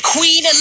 Queen